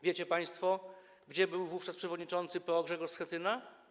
Wiecie państwo, gdzie był wówczas przewodniczący PO Grzegorz Schetyna?